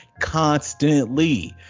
constantly